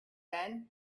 said